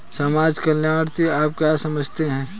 समाज कल्याण से आप क्या समझते हैं?